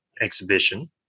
exhibition